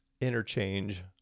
interchange